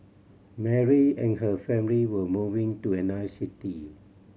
Mary and her family were moving to another city